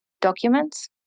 documents